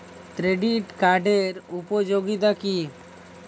Credit কার্ডের উপযোগিতা কি?